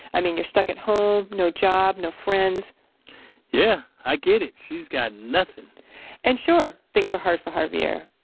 i mean, you're stuck at home. no job. no friends yeah, i get it. she's got nothing and sure, things were hard for javier,